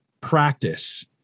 practice